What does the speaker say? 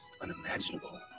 unimaginable